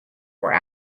were